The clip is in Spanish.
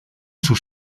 sus